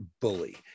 bully